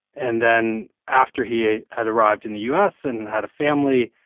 and then after he had arrived in the u s. and had a family,